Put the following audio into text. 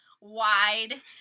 wide